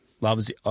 loves